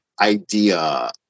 idea